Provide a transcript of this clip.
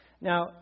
Now